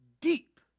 deep